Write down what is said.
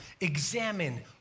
examine